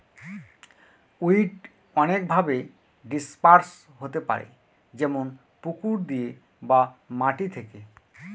weed অনেকভাবে disperse হতে পারে যেমন পুকুর দিয়ে বা মাটি থেকে